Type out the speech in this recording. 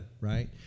right